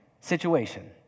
situation